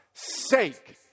sake